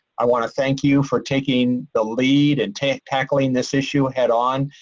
i want to thank you for taking the lead and tackling this issue head-on,